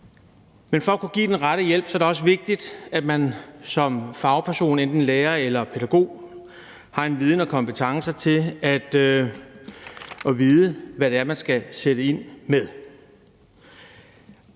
men for at kunne give den rette hjælp er det også vigtigt, at man som fagperson – enten lærer eller pædagog – har viden og kompetencer til at vide, hvad man skal sætte ind med.